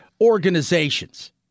organizations